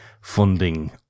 funding